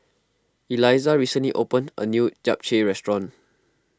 Elizah recently opened a new Japchae restaurant